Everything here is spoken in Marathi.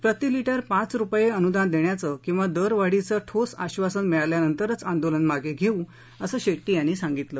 प्रति लीटर पाच रुपये अनुदान देण्याचं किंवा दर वाढीचं ठोस आधासन मिळाल्यानंतरच आंदोलन मागे घेऊ असं शेट्टी यांनी सांगितलं